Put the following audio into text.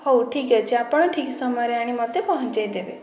ହେଉ ଠିକ୍ ଅଛି ଆପଣ ଠିକ ସମୟରେ ଆଣି ମୋତେ ପହଞ୍ଚେଇଦେବେ